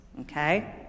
Okay